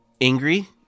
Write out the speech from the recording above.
angry